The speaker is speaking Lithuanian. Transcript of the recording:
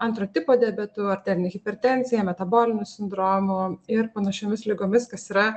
antro tipo diabetu arterine hipertenzija metaboliniu sindromu ir panašiomis ligomis kas yra